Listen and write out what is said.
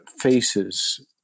faces